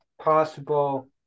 possible